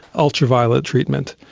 ultraviolet treatment.